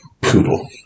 poodle